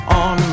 on